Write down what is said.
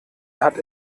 hat